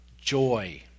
joy